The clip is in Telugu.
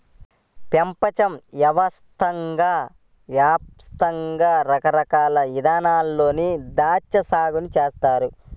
పెపంచ యాప్తంగా రకరకాల ఇదానాల్లో ద్రాక్షా సాగుని చేస్తున్నారు